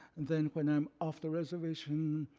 and then when i'm off the reservation,